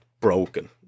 broken